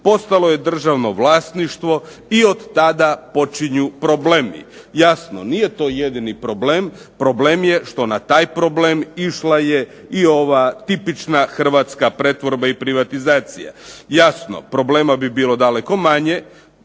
postalo je državno vlasništvo i od tada počinju problemi. Jasno, nije to jedini problem, problem je što na taj problem išla je i ova tipična hrvatska pretvorba i privatizacija. Jasno problema bi bilo daleko manje,